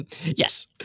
Yes